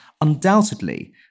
undoubtedly